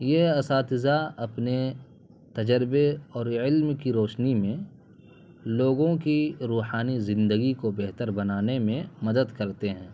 یہ اساتذہ اپنے تجربے اور علم کی روشنی میں لوگوں کی روحانی زندگی کو بہتر بنانے میں مدد کرتے ہیں